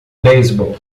beisebol